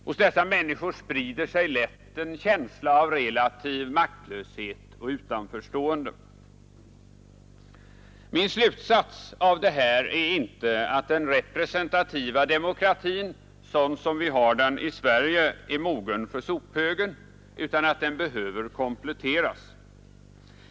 Hos dessa människor sprider sig lätt en känsla av relativ maktlöshet och utanförstående. Min slutsats av detta är inte att den representativa demokratin, sådan som vi har den i Sverige, är mogen för sophögen, utan att den behöver kompletteras.